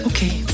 Okay